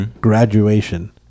graduation